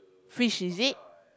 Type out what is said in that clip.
fish is it